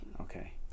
Okay